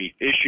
issue